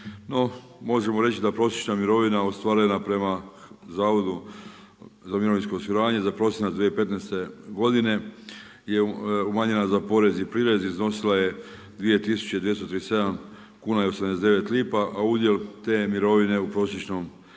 možemo reći da prosječna mirovina ostvarena prema Zavodu za mirovinsko osiguranje, za prosinac 2015. godine je umanjena za porez i prirez iznosila je 2237 kuna i 89 lipa, a udjel te mirovine u prosječnoj neto plaći